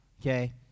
Okay